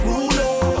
Ruler